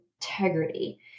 integrity